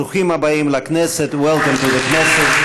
ברוכים הבאים לכנסת, Welcome to the Knesset.